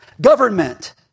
government